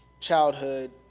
childhood